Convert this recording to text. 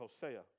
Hosea